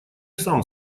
сам